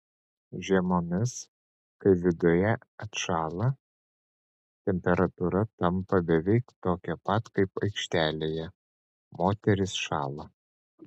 žiemomis kai viduje atšąla temperatūra tampa beveik tokia pat kaip aikštėje moterys šąla